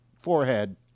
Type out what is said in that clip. forehead